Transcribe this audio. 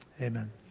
Amen